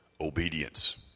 obedience